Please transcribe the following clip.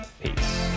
peace